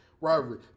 rivalry